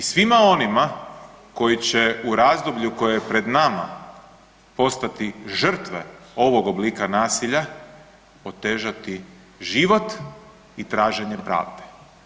I svima onima koji će u razdoblju koje je pred nama postati žrtve ovog oblika nasilja otežati život i traženje pravde.